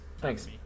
Thanks